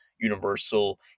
universal